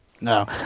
No